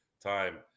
time